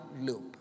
loop